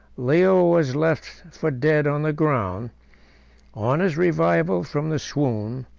leo was left for dead on the ground on his revival from the swoon,